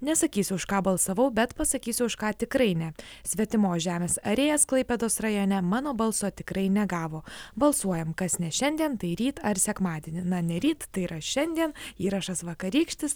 nesakysiu už ką balsavau bet pasakysiu už ką tikrai ne svetimos žemės arėjas klaipėdos rajone mano balso tikrai negavo balsuojam kas ne šiandien tai ryt ar sekmadienį na ne ryt tai yra šiandien įrašas vakarykštis